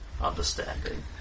understanding